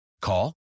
Call